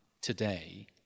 today